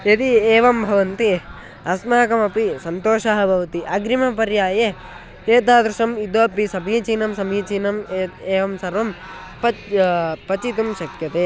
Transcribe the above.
यदि एवं भवन्ति अस्माकमपि सन्तोषः भवति अग्रिमपर्याये एतादृशम् इतोपि समीचीनं समीचीनम् ए एवं सर्वं पच् पक्तुं शक्यते